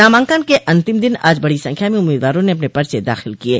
नामांकन के अंतिम दिन आज बडो संख्या में उम्मीदवारों ने अपने पर्चे दाखिल किये